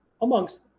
amongst